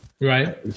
right